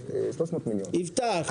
תעשו --- לפתור את הבעיה.